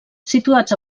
situats